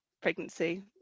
pregnancy